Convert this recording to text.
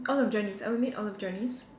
all of Johnny's I will meet all of Johnny's